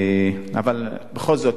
אבל בכל זאת,